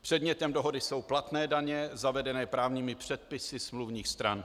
Předmětem dohody jsou platné daně zavedené právními předpisy smluvních stran.